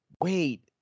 wait